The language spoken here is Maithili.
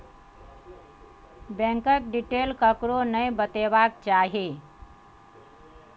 बैंकक डिटेल ककरो नहि बतेबाक चाही